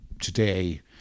today